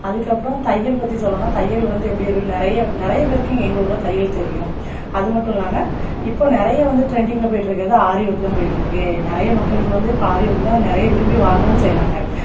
அதுக்கப்புறம் தையல் பற்றி சொல்லணும்னா தையல் வந்து எப்படி வரும் நிறைய நிறையா பேருக்கு எங்கள் ஊர்ல தையல் தெரியும் அது மட்டும் இல்லாமல் இப்போது நிறைய வந்து ட்ரெண்டிங்ல போய்ட்டு இருக்கிறது ஆரி ஒர்க்கு தான் போய்ட்டு இருக்குது நிறைய மக்களுக்கு வந்து இப்போ ஆரி ஒர்க்கு தான் நிறைய விரும்பி வாங்கவும் செய்கிறாங்க